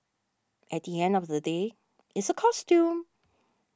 at the end of the day it's a costume